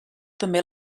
també